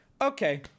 okay